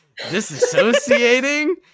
disassociating